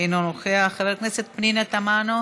אינו נוכח, חברת הכנסת פנינה תמנו,